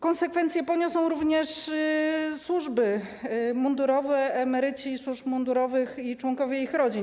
Konsekwencje poniosą również służby mundurowe, emeryci służb mundurowych i członkowie ich rodzin.